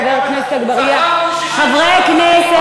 חברי הכנסת,